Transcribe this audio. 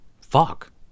fuck